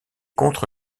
contre